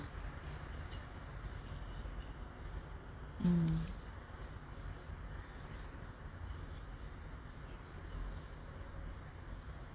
mm